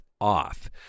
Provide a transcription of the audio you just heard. off